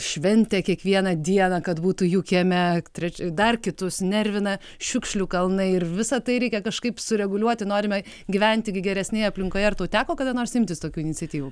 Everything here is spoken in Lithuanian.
šventę kiekvieną dieną kad būtų jų kieme treč dar kitus nervina šiukšlių kalnai ir visa tai reikia kažkaip sureguliuoti norime gyventi gi geresnėje aplinkoje ar tau teko kada nors imtis tokių iniciatyvų